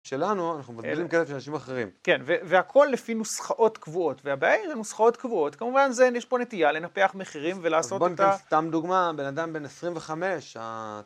שלנו, אלא אם כן אנחנו אנשים אחרים. כן, והכל לפי נוסחאות קבועות. והבעיה היא נוסחאות קבועות. כמובן, יש פה נטייה לנפח מחירים ולעשות אותה. בוא ניקח סתם דוגמא, בן אדם בן 25.